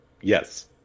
Yes